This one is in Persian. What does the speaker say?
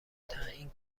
تعیین